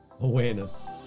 awareness